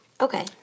Okay